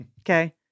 Okay